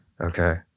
Okay